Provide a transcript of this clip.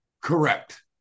correct